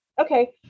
Okay